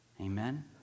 Amen